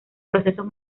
procesos